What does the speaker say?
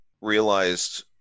realized